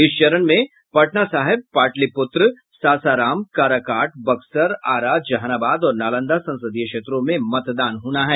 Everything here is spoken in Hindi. इस चरण में पटना साहिब पाटलिपुत्र सासाराम काराकाट बक्सर आरा जहानबाद और नालंदा संसदीय क्षेत्रों में मतदान होना है